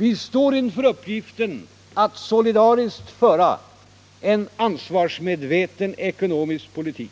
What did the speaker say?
Vi står inför uppgiften att solidariskt föra en ansvarsmedveten ekonomisk politik.